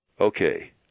Okay